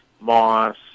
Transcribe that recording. Moss